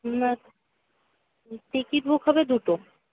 ticket book হবে দুটো